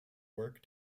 work